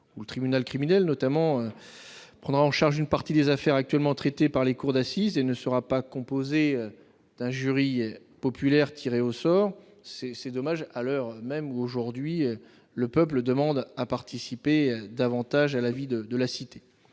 le tribunal criminel départemental prendra en charge une partie des affaires actuellement traitées par les cours d'assises et ne sera pas composé d'un jury populaire tiré au sort. C'est dommage, à l'heure même où le peuple demande à participer davantage à la vie de la cité.